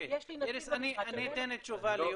יש לי נציג --- איריס, אני אתן תשובה ליואב.